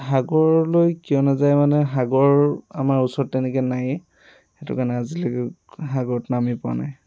সাগৰলৈ কিয় নাযায় মানে সাগৰ আমাৰ ওচৰত তেনেকৈ নাইয়ে সেইটো কাৰণে আজিলৈকে সাগৰত নামি পোৱা নাই